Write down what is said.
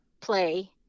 play